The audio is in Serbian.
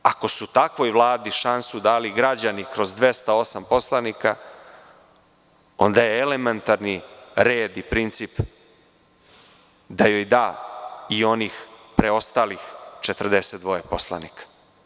Ako su takvoj Vladi šansu dali građani kroz 208 poslanika, onda je elementarni red i princip da joj da i onih preostalih 42 poslanika.